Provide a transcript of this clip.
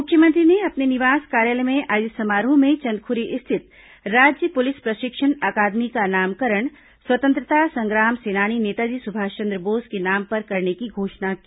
मुख्यमंत्री ने अपने निवास कार्यालय में आयोजित समारोह में चंदखुरी स्थित राज्य पुलिस प्रशिक्षण अकादमी का नामकरण स्वतंत्रता संग्राम सेनानी नेताजी सुभाषचंद्र बोस के नाम पर करने की घोषणा की